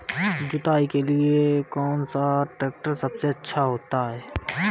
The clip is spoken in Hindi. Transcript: जुताई के लिए कौन सा ट्रैक्टर सबसे अच्छा होता है?